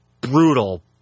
brutal